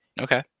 Okay